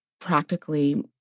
practically